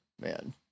man